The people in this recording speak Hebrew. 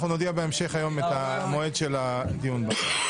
אנחנו נודיע בהמשך היום את מועד הדיון בה.